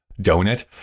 donut